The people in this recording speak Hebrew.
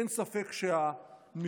אין ספק שהמשילות,